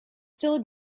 still